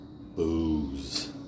booze